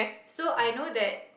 so I know that